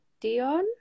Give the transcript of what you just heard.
Dion